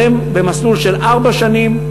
אבל הם במסלול של ארבע שנים.